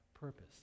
purpose